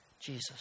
Jesus